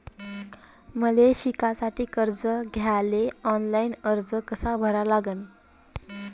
मले शिकासाठी कर्ज घ्याले ऑनलाईन अर्ज कसा भरा लागन?